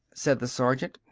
said the sergeant.